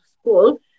school